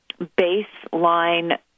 baseline